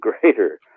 greater